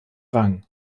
rang